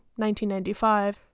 1995